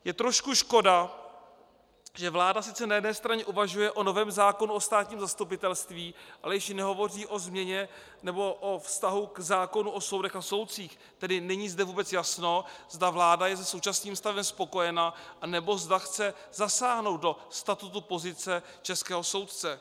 Je trošku škoda, že vláda sice na jedné straně uvažuje o novém zákonu o státním zastupitelství, ale již nehovoří o změně nebo o vztahu k zákonu o soudech a soudcích, tedy není zde vůbec jasno, zda vláda je se současným stavem spokojena, anebo zda chce zasáhnout do statutu pozice českého soudce.